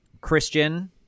Christian